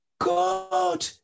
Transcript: God